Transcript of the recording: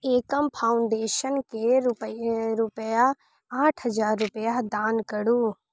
एकम फाउण्डेशनकेँ रुपै रूपैआ आठ हजार रूपैआ दान करू